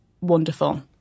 wonderful